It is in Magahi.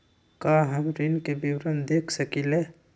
का हम ऋण के विवरण देख सकइले?